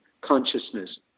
consciousness